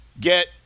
get